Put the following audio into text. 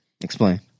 Explain